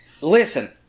Listen